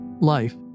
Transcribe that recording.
Life